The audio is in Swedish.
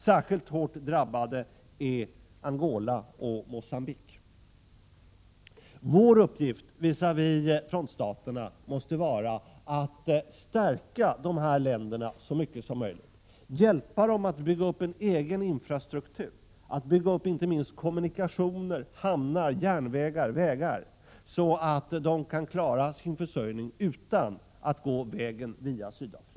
Särskilt hårt drabbade är Angola och Mogambique. Vår uppgift visavi frontstaterna måste vara att stärka dessa länder så mycket som möjligt, att hjälpa dem att bygga upp en egen infrastruktur —- inte minst kommunikationer, hamnar, järnvägar, vägar — så att de kan klara sin försörjning utan att gå via Sydafrika.